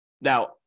Now